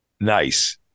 Nice